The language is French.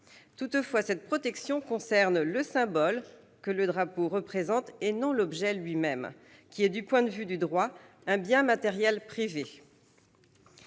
Toutefois, cette protection concerne le symbole que le drapeau représente et non l'objet lui-même, qui est, du point de vue du droit, un bien matériel privé.